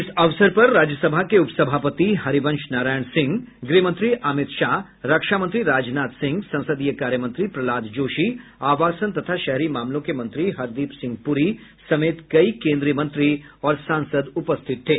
इस अवसर पर राज्यसभा के उपसभापति हरिवंश नारायण सिंह गृहमंत्री अमित शाह रक्षामंत्री राजनाथ सिंह संसदीय कार्यमंत्री प्रहलाद जोशी आवासन तथा शहरी मामलों के मंत्री हरदीप सिंह पुरी समेत कई केंद्रीय मंत्री और सांसद उपस्थित थे